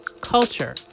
culture